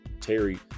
terry